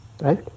Right